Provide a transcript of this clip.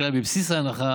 שהיה בבסיס ההנחה